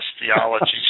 theology